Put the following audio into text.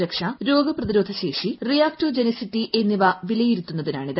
സുരക്ഷ രോഗപ്രതിരോധ ശേഷി റിയാക്റ്റോ ജെനിസിറ്റി എന്നിവ വിലയിരുത്തുന്നതിനാണിത്